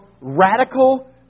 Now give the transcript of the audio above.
radical